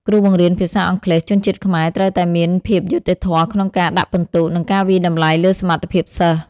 គ្រូបង្រៀនភាសាអង់គ្លេសជនជាតិខ្មែរត្រូវតែមានភាពយុត្តិធម៌ក្នុងការដាក់ពិន្ទុ និងការវាយតម្លៃលើសមត្ថភាពសិស្ស។